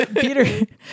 Peter